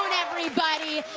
everybody.